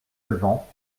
levant